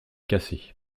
cassée